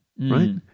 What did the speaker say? Right